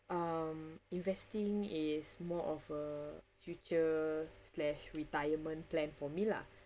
um investing is more of a future slash retirement plan for me lah